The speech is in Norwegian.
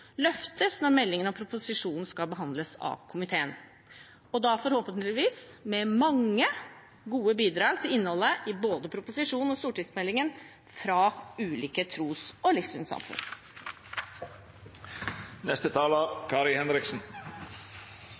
løftes når meldingen og proposisjonen skal behandles av komiteen – og da forhåpentligvis med mange gode bidrag til innholdet i både proposisjon og stortingsmelding fra ulike tros- og livssynssamfunn.